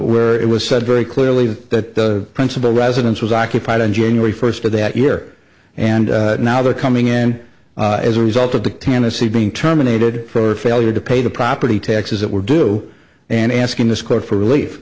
where it was said very clearly that the principal residence was occupied in january first of that year and now they're coming in as a result of the tennessee being terminated for failure to pay the property taxes that were due and asking this court for relief